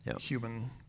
human